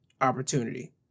opportunity